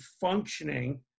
functioning